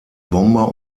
bomber